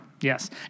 Yes